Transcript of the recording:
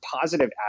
positive